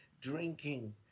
drinking